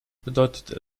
bedeutet